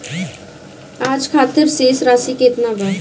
आज खातिर शेष राशि केतना बा?